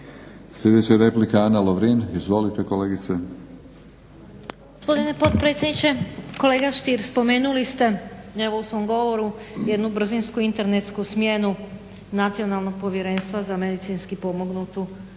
Sljedeća replika Ana Lovrin. Izvolite kolegice. **Lovrin, Ana (HDZ)** Hvala gospodine potpredsjedniče. Kolega Stier spomenuli ste u svom govoru jednu brzinsku internetsku smjenu Nacionalnog povjerenstva za medicinski pomognutu